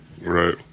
right